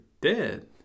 dead